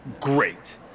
Great